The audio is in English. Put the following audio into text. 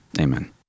amen